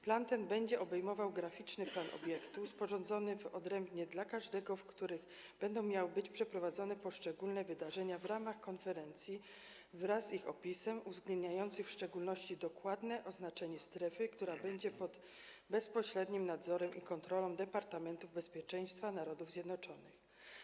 Plan ten będzie obejmował graficzny plan obiektu sporządzony odrębnie dla każdego obiektu, w którym będą miały miejsce poszczególne wydarzenia w ramach konferencji, wraz z ich opisem uwzględniającym w szczególności dokładne oznaczenie strefy, która będzie pod bezpośrednim nadzorem i kontrolą Departamentu Bezpieczeństwa Narodów Zjednoczonych.